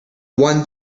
one